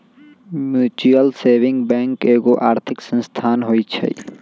mutual saving bank एगो आर्थिक संस्थान होइ छइ